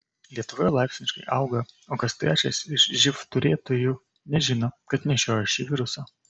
lietuvoje laipsniškai auga o kas trečias iš živ turėtojų nežino kad nešioja šį virusą